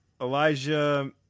Elijah